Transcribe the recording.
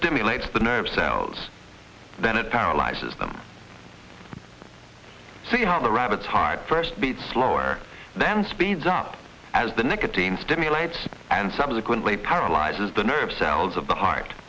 stimulates the nerve cells then it paralyzes them see how the rabbit's heart first beats slower than speeds up as the nicotine stimulates and subsequently paralyzes the nerve cells of the heart